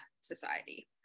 society